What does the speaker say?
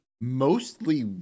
mostly